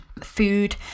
food